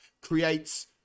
creates